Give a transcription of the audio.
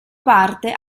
parte